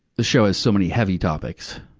the show has so many heavy topics,